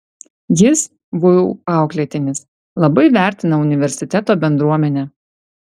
jis vu auklėtinis labai vertina universiteto bendruomenę